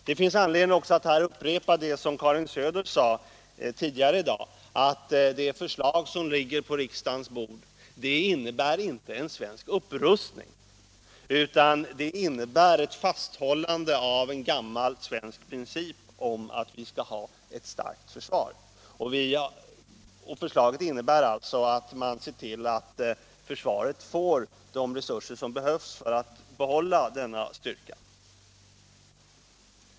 Det finns också anledning att här upprepa det som Karin Söder sade tidigare i dag, nämligen att det förslag som ligger på riksdagens bord inte innebär en svensk upprustning, utan ett fasthållande vid en gammal svensk princip om att vi skall ha ett starkt försvar. Förslaget innebär alltså att man skall se till att försvaret får de resurser som behövs för att behålla denna styrka.